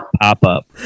pop-up